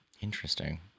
Interesting